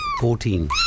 Fourteen